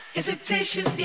Hesitation